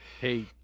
Hey